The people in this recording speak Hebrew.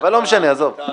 לא משנה, עזוב.